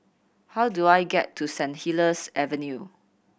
how do I get to Saint Helier's Avenue